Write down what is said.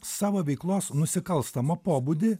savo veiklos nusikalstamą pobūdį